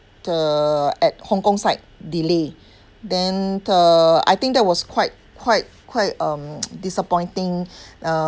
the at hong kong side delay then uh I think that was quite quite quite um disappointing uh